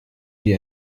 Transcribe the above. die